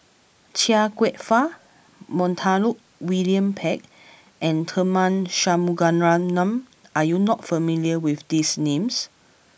Chia Kwek Fah Montague William Pett and Tharman Shanmugaratnam are you not familiar with these names